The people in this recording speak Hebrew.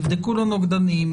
יבדקו לו נוגדנים,